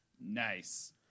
Nice